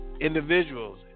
individuals